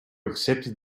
accepted